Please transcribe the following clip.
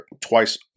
twice